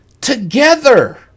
together